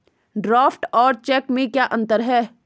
Draft और cheque में क्या अंतर है?